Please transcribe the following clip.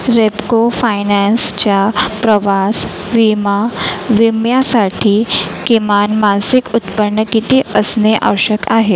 लेपको फायनॅन्सच्या प्रवास विमा विम्यासाठी किमान मासिक उत्पन्न किती असणे आवश्यक आहे